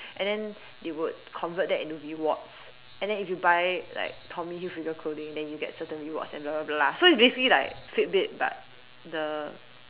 and then they would convert that into reward and then if you buy like Tommy Hilfiger clothing then you get certain rewards and blah blah blah so it's basically like fit bit but the